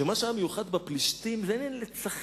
שמה שהיה מיוחד בפלישתים זה לצחק,